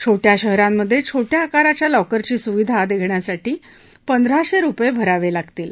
छोट्या शहरांमध्ये छोट्या आकाराच्या लॉकरची सूविधा घेण्यासाठी पंधराशे रुपये भरावे लागतील